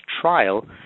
trial